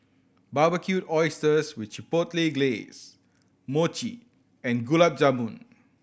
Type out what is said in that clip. Barbecued Oysters with Chipotle Glaze Mochi and Gulab Jamun